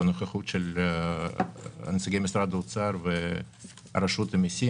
בנוכחות נציגי משרד האוצר ורשות המסים,